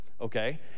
okay